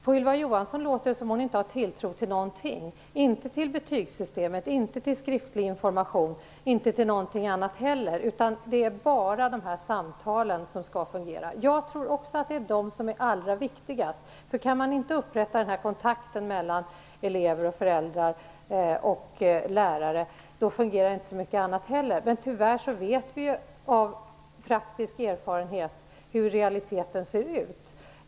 På Ylva Johansson låter det som att hon inte har tilltro till någonting, inte till betygssystemet, inte till skriftlig information och inte heller till någonting annat. Det är bara dessa samtal som skall fungera. Jag tror också att det är samtalen som är allra viktigast. Kan man inte upprätta kontakt mellan elever, föräldrar och lärare fungerar inte heller så mycket annat. Tyvärr vet vi av praktisk erfarenhet hur det i realiteten ser ut.